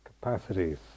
capacities